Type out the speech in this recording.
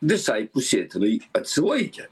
visai pusėtinai atsilaikė